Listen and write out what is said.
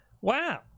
Wow